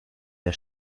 der